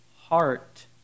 heart